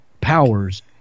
powers